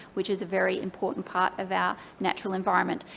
which is a very important part of our natural environment.